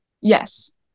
yes